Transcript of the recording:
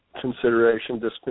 consideration